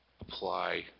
apply